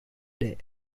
day